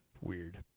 Weird